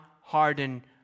harden